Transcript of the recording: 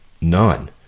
none